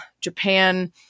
Japan